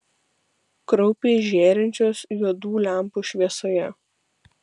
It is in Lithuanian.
kraupiai žėrinčios juodų lempų šviesoje